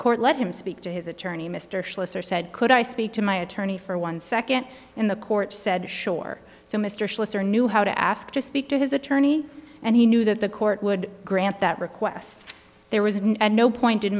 court let him speak to his attorney mr schlosser said could i speak to my attorney for one second in the court said schorr so mr solicitor knew how to ask to speak to his attorney and he knew that the court would grant that request there was no point in